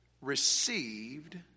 received